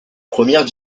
premières